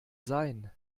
sein